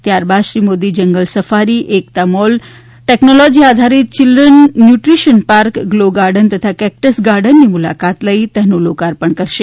ત્યારબાદ Shri Modi jungle safari Ekta mall technology આધારિત children nutrition park glow garden તથા કેકટ્સ ગાર્ડનની મુલાકાત લઈ તેનું લોકાર્પણ કરશે